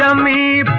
um me